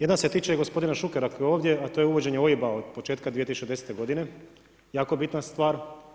Jedna se tiče gospodina Šukera koji je ovdje a to je uvođenje OIB-a od početka 2010. godine, jako bitna stvar.